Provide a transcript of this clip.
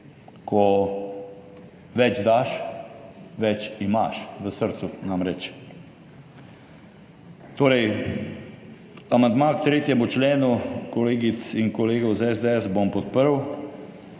ko več daš, več imaš v srcu, namreč. Torej, amandma k 3. členu kolegic in kolegov iz SDS bom podprl,